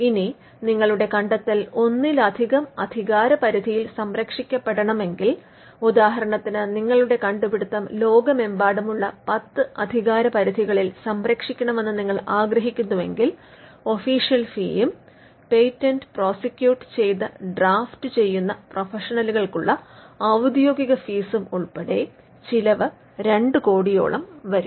ഇനി നിങ്ങളുടെ കണ്ടെത്തൽ ഒന്നിലധികം അധികാരപരിധിയിൽ സംരക്ഷിക്കപ്പെടെണമെങ്കിൽ ഉദാഹരണത്തിന് നിങ്ങളുടെ കണ്ടുപിടുത്തം ലോകമെമ്പാടുമുള്ള 10 അധികാരപരിധികളിൽ സംരക്ഷിക്കണമെന്ന് നിങ്ങൾ ആഗ്രഹിക്കുന്നുവെങ്കിൽ ഒഫീഷ്യൽ ഫീയും പേറ്റന്റ് പ്രോസിക്യൂട്ട് ചെയ്ത് ഡ്രാഫ്റ്റ് ചെയ്യുന്ന പ്രൊഫഷണലുകൾക്കുള്ള ഔദ്യോഗിക ഫീസും ഉൾപ്പടെ ചിലവ് 2 കോടിയോളം വരും